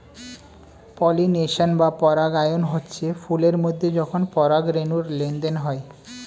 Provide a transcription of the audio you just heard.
pollination বা পরাগায়ন হচ্ছে ফুল এর মধ্যে যখন পরাগ রেণুর লেনদেন হয়